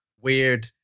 weird